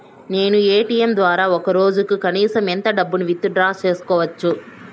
నేను ఎ.టి.ఎం ద్వారా ఒక రోజుకి కనీసం ఎంత డబ్బును విత్ డ్రా సేసుకోవచ్చు?